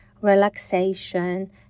relaxation